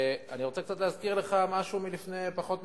אני רוצה קצת להזכיר לך משהו מלפני פחות משנתיים: